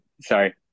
sorry